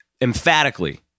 emphatically